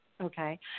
Okay